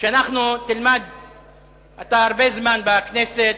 אתה הרבה זמן בכנסת,